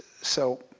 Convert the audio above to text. so